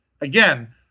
again